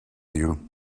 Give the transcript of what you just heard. you